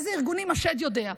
איזה ארגונים, השד יודע.